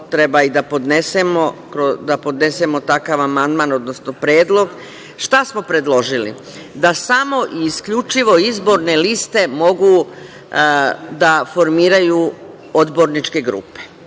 da podnesemo takav amandman, odnosno predlog. Šta smo predložili? Da samo i isključivo izborne liste mogu da formiraju odborničke grupe.